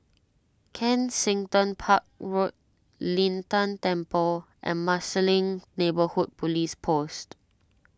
Kensington Park Road Lin Tan Temple and Marsiling Neighbourhood Police Post